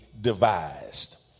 devised